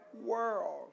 world